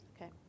Okay